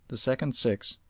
the second six,